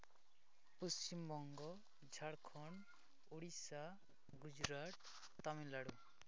Paschimbanga Jharkhand Odisha Gujarat Tamil Nadu